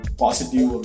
positive